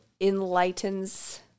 enlightens